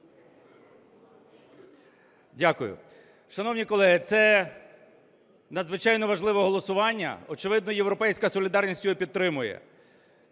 Дякую. Шановні колеги, це надзвичайно важливе голосування, очевидно, "Європейська солідарність" його підтримує.